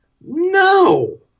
No